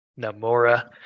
Namora